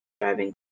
driving